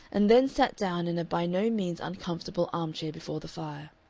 and then sat down in a by no means uncomfortable arm-chair before the fire.